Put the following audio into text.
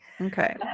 Okay